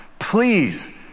please